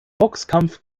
boxkampf